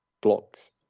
blocks